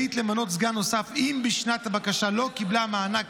רשאית למנות סגן נוסף אם בשנת הבקשה לא קיבלה מענק